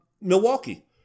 Milwaukee